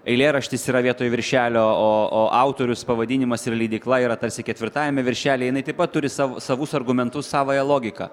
eilėraštis yra vietoj viršelio o o autorius pavadinimas ir leidykla yra tarsi ketvirtajame viršely jinai taip pat turi sav savus argumentus savąją logiką